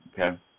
Okay